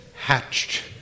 hatched